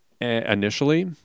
initially